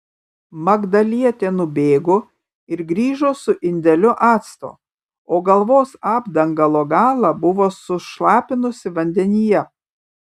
magdalietė nubėgo ir grįžo su indeliu acto o galvos apdangalo galą buvo sušlapinusi vandenyje